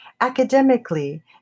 Academically